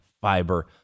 fiber